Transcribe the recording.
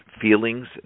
feelings